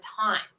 time